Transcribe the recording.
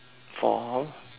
for how long